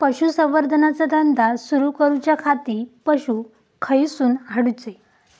पशुसंवर्धन चा धंदा सुरू करूच्या खाती पशू खईसून हाडूचे?